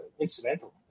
incidental